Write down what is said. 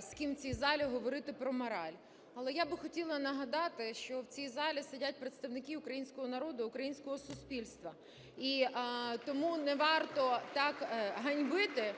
з ким в цій залі говорити про мораль. Але я би хотіла нагадати, що в цій залі сидять представники українського народу, українського суспільства. І тому не варто так ганьбити